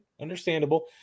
Understandable